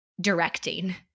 directing